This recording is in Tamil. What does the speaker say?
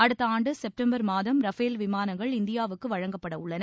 அடுத்த ஆண்டு செப்டம்பர் மாதம் ரஃபேல் விமானங்கள் இந்தியாவுக்கு வழங்கப்படவுள்ளன